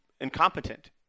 incompetent